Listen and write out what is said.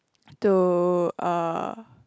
to uh